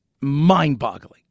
mind-boggling